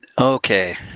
Okay